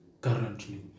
currently